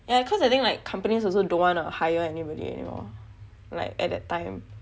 yah cause I think like companies also don't wanna hire anybody anymore like at that time